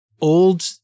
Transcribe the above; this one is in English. old